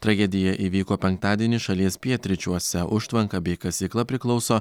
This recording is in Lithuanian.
tragedija įvyko penktadienį šalies pietryčiuose užtvanka bei kasykla priklauso